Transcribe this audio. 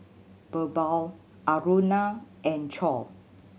Birbal Aruna and Choor